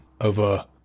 over